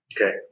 Okay